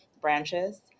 branches